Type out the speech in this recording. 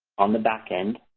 on the back end,